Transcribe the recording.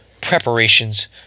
preparations